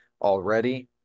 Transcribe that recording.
already